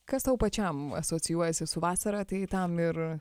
kas tau pačiam asocijuojasi su vasara tai tam ir